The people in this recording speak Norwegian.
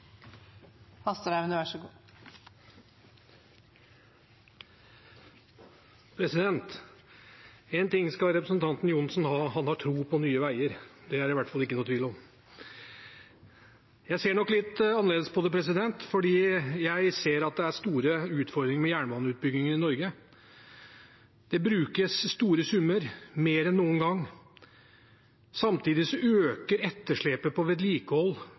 ting skal representanten Johnsen ha: Han har tro på Nye Veier. Det er det i hvert fall ikke noen tvil om. Jeg ser nok litt annerledes på det, for jeg ser at det er store utfordringer med jernbaneutbyggingen i Norge. Det brukes store summer, mer enn noen gang. Samtidig øker etterslepet på vedlikehold,